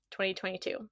2022